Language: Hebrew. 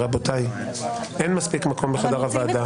רבותיי, אין מספיק מקום בחדר הוועדה.